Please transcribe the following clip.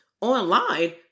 online